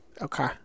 Okay